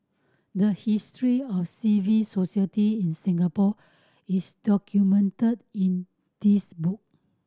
the history of civil society in Singapore is documented in this book